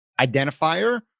identifier